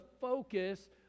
focus